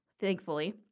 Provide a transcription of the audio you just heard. thankfully